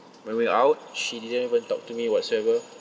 when we out she didn't even talk to me whatsoever